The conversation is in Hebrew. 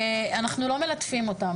אנחנו לא מלטפים אותם,